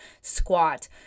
squat